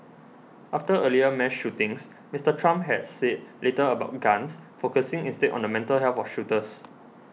after earlier mass shootings Mister Trump has said little about guns focusing instead on the mental health of shooters